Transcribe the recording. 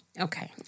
okay